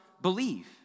believe